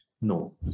No